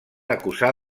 acusar